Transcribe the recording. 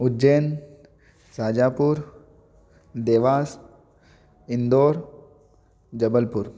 Ujjain Shahjahanpur Dewas Indore Jabalpur